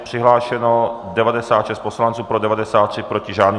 Přihlášeno 96 poslanců, pro 93, proti žádný.